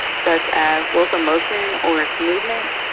such as locomotion, or its movement,